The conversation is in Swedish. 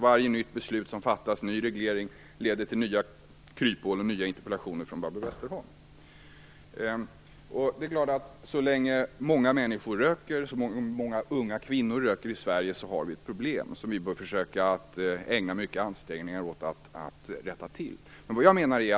Varje beslut som fattas om en ny reglering leder till nya kryphål och nya interpellationer från Barbro Så länge många människor - särskilt unga kvinnor - röker i Sverige har vi ett problem. Vi bör göra stora ansträngningar för att komma till rätta med det.